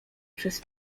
przez